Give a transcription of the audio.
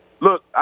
look